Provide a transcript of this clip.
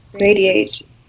radiate